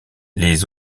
les